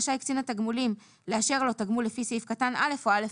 רשאי קצין התגמולים לאשר לו תגמול לפי סעיף קטן (א) או (א1),